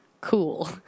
Cool